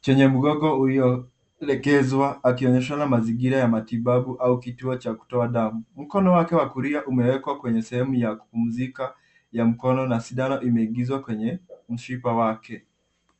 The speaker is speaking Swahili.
chenye mgongo uliolegezwa akionyesha mazingira ya matibabu au kituo cha kutoa damu. Mkono wake wa kulia umewekwa kwenye sehemu ya kupumzika ya mkono na sindano imeingizwa kwenye mshipa wake.